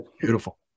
Beautiful